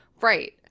Right